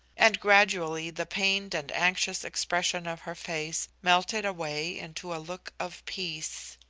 and gradually the pained and anxious expression of her face melted away into a look of peace.